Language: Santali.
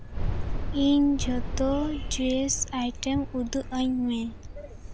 ᱤᱧ ᱡᱚᱛᱚ ᱪᱮᱥᱴ ᱟᱭᱴᱮᱢ ᱩᱫᱩᱜ ᱟᱹᱧ ᱢᱮ